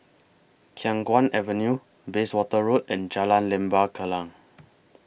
Khiang Guan Avenue Bayswater Road and Jalan Lembah Kallang